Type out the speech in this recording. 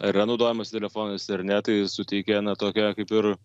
ar yra naudojamasi telefonais ar ne tai suteikia na tokią kaip ir